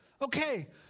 Okay